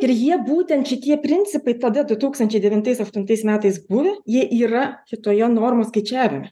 ir jie būtent šitie principai tada du tūkstančiai devintais aštuntais metais buvę ji yra kitoje normų skaičiavime